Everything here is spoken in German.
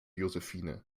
josephine